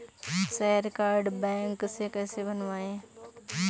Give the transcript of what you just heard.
श्रेय card bank से कैसे बनवाएं?